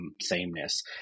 sameness